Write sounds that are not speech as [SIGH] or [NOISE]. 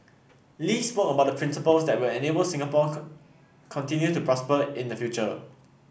Lee spoke about the principles that will enable Singapore [UNINTELLIGIBLE] continue to prosper in the future